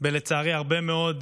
של הרבה מאוד